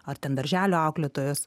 ar ten darželio auklėtojas